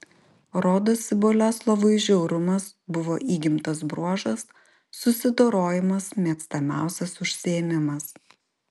rodosi boleslovui žiaurumas buvo įgimtas bruožas susidorojimas mėgstamiausias užsiėmimas